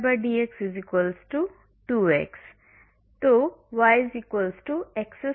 इसलिए विश्लेषणात्मक रूप से करना संभव नहीं है और कंप्यूटर के लिए उन्हें संख्यात्मक तकनीकों का उपयोग करके इस dydx की गणना करना है